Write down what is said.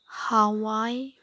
ꯍꯋꯥꯏ